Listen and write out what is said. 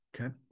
Okay